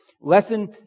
Lesson